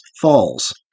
falls